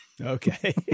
Okay